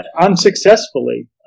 unsuccessfully